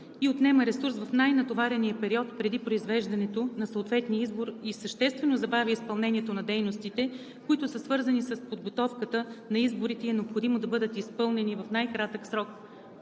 ѝ отнема ресурс в най-натоварения период – преди произвеждането на съответния избор, и съществено забавя изпълнението на дейностите, които са свързани с подготовката на изборите, и е необходимо да бъдат изпълнени в най-кратък срок